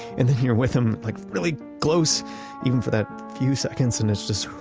and you're with them like really close even for that few seconds and it's just.